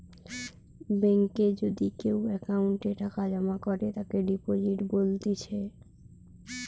বেঙ্কে যদি কেও অ্যাকাউন্টে টাকা জমা করে তাকে ডিপোজিট বলতিছে